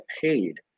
paid